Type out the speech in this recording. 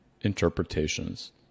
interpretations